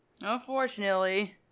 unfortunately